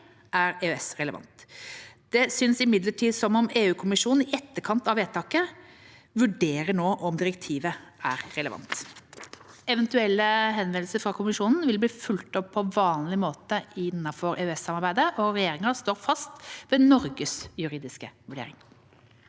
er EØS-relevant. Det synes imidlertid som om EU-kommisjonen, i etterkant av vedtaket, vurderer direktivet som relevant. Eventuelle henvendelser fra Kommisjonen vil bli fulgt opp på vanlig måte i EFTA-samarbeidet. Regjeringa står fast ved Norges juridiske vurdering.